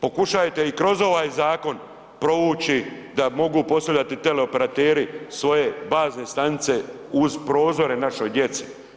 Pokušajte i kroz ovaj zakon provući da mogu postavljati teleoperateri svoje bazne stanice uz prozore našoj djeci.